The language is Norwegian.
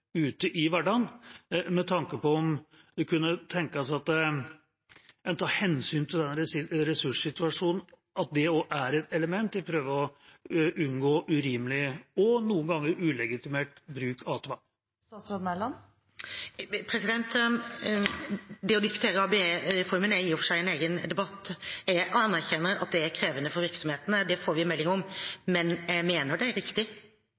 ute i hverdagen, at en tar hensyn til denne ressurssituasjonen, at det også er et element i det å prøve å unngå urimelig – og noen ganger ulegitimert – bruk av tvang. Det å diskutere ABE-reformen er i og for seg en egen debatt. Jeg anerkjenner at det er krevende for virksomhetene, det får vi meldinger om, men jeg mener det er riktig.